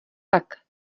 tak